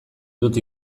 dut